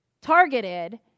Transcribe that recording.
targeted